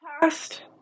past